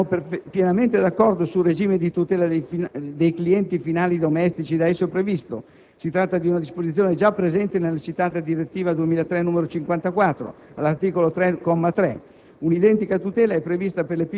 Quanto al comma 2, siamo pienamente d'accordo sul regime di tutela dei clienti finali domestici da esso previsto. Si tratta di una disposizione già presente nella citata direttiva 2003/54 (all'articolo 3,